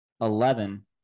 eleven